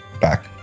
back